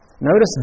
Notice